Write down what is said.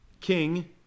king